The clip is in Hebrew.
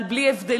על "בלי הבדלים",